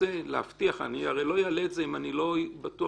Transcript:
אני לא אעלה את זה אם אני לא אהיה בטוח